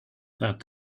that